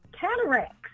cataracts